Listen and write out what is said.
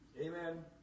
Amen